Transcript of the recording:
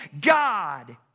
God